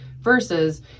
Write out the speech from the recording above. Versus